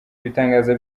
ibitangaza